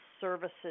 services